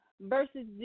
Versus